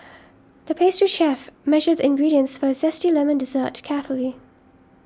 the pastry chef measured the ingredients for a Zesty Lemon Dessert carefully